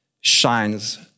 shines